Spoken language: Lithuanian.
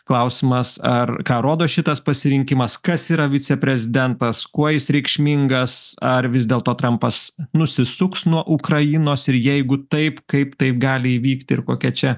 klausimas ar ką rodo šitas pasirinkimas kas yra viceprezidentas kuo jis reikšmingas ar vis dėlto trampas nusisuks nuo ukrainos ir jeigu taip kaip taip gali įvykti ir kokia čia